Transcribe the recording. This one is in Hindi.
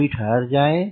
अभी ठहर जाएँ